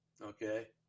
Okay